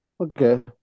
Okay